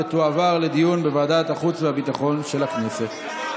ותועבר לדיון בוועדת החוץ והביטחון של הכנסת.